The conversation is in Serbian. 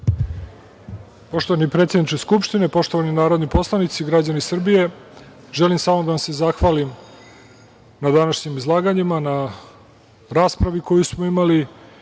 Lončar** Predsedniče Skupštine, poštovani poslanici, građani Srbije, želim samo da vam se zahvalim na današnjim izlaganjima, na raspravi koju smo imali